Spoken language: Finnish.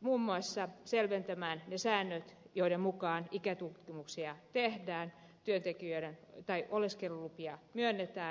muun muassa selventämään ne säännöt joiden mukaan ikätutkimuksia tehdään oleskelulupia myönnetään